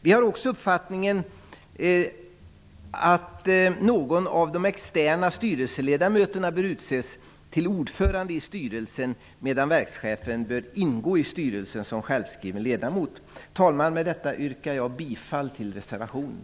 Vi har också uppfattningen att någon av de externa styrelseledamöterna bör utses till ordförande i styrelsen, medan verkschefen bör ingå i styrelsen som självskriven ledamot. Herr talman! Med detta yrkar jag bifall till reservationen.